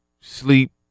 sleep